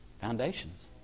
Foundations